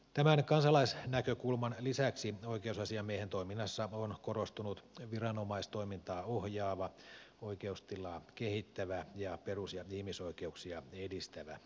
tämän kansalaisnäkökulman lisäksi oikeusasiamiehen toiminnassa on korostunut viranomaistoimintaa ohjaava oikeustilaa kehittävä ja perus ja ihmisoikeuksia edistävä näkökulma